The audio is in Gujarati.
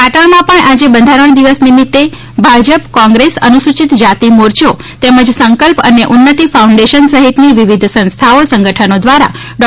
પાટણમાં પણ આજે બંધારણ દિવસ નિમિત્તે ભાજપ કોંગ્રેસ અનુસૂચિત જાતિ મોરચો તેમજ સંકલ્પ અને ઉન્નતિ ફાઉન્ડેશન સહિતની વિવિધ સંસ્થાઓ સંગઠનો દ્વારા ડો